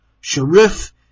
Sharif